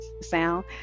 sound